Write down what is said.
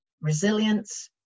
resilience